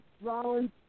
Rollins